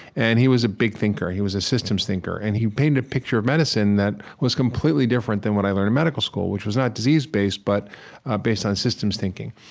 and he was a big thinker. he was a systems thinker. and he painted a picture of medicine that was completely different than what i learned in medical school, which was not disease-based, but based on systems thinking.